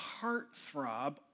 heartthrob